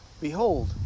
Behold